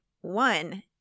one